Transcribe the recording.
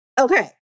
Okay